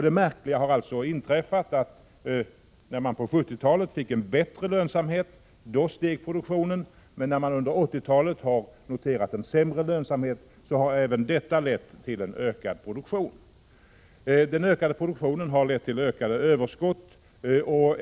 Det märkliga har alltså inträffat att när man på 70-talet fick en bättre lönsamhet steg produktionen, och när man under 80-talet har noterat en sämre lönsamhet har även det lett till en ökad produktion. Den ökade produktionen har lett till ökade överskott.